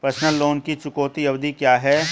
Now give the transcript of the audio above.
Personal loan की चुकौती अवधि क्या है?